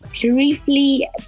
Briefly